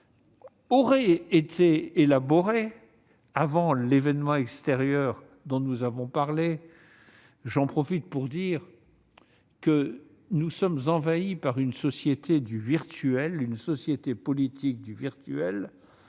aurait été élaboré avant l'événement extérieur dont nous avons parlé. J'en profite pour dire que nous sommes envahis par une société du virtuel, en particulier en politique. Or,